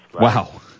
Wow